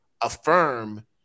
affirm